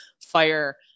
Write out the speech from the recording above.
fire